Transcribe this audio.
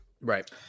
Right